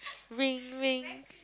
ring ring